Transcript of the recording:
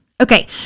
Okay